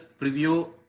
preview